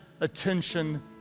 attention